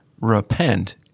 Repent